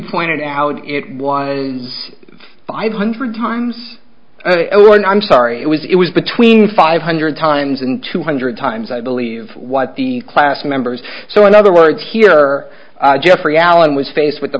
pointed out it was five hundred times i'm sorry it was it was between five hundred times and two hundred times i believe what the class members so in other words here jeffrey allen was faced with the